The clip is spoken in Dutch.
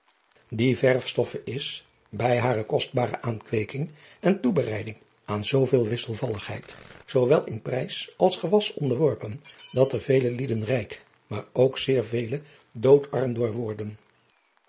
ie verwstoffe is bij hare kostbare aankweeking en toebereiding aan zooveel wisselvalligheid zoowel in prijs als gewas onderworpen dat er vele lieden rijk maar ook zeer vele dood arm door worden